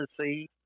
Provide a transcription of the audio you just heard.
see